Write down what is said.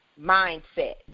Mindset